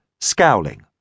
scowling